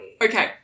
Okay